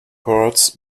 parts